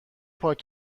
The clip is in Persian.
پاک